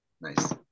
Nice